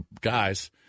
guys